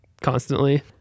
constantly